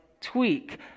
tweak